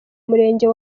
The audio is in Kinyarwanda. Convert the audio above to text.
murenge